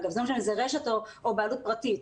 אם זה רשת או בעלות פרטית,